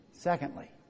Secondly